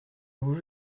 vous